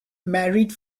married